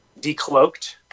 Decloaked